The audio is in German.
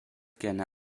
gerne